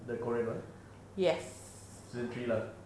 the korean one season three lah